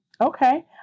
Okay